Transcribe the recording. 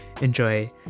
enjoy